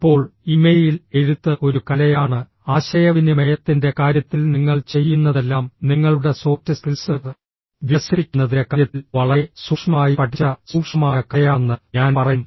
ഇപ്പോൾ ഇമെയിൽ എഴുത്ത് ഒരു കലയാണ് ആശയവിനിമയത്തിന്റെ കാര്യത്തിൽ നിങ്ങൾ ചെയ്യുന്നതെല്ലാം നിങ്ങളുടെ സോഫ്റ്റ് സ്കിൽസ് വികസിപ്പിക്കുന്നതിന്റെ കാര്യത്തിൽ വളരെ സൂക്ഷ്മമായി പഠിച്ച സൂക്ഷ്മമായ കലയാണെന്ന് ഞാൻ പറയും